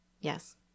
Yes